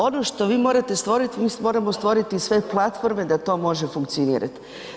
Ono što vi morate stvoriti, mi moramo stvoriti sve platforme da to može funkcionirati.